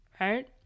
right